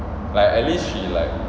like at least she like